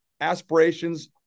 aspirations